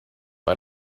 bei